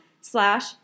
slash